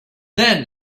then